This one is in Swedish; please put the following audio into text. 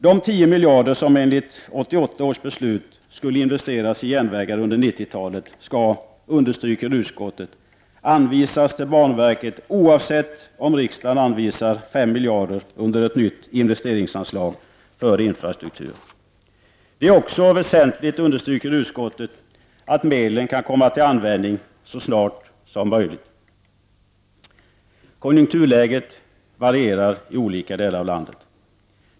De 10 miljarder kronor som enligt 1988 års beslut skulle investeras i järnvägar under 90-talet skall, understryker utskottet, anvisas till banverket oavsett om riksdagen anvisar 5 miljarder kronor under ett nytt investeringsanslag för infrastruktur. Det är också väsentligt, understryker utskottet, att medlen kan komma till användning så snart som möjligt. Konjunkturläget varierar i olika delar av landet.